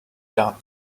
done